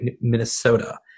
minnesota